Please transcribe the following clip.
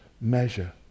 measure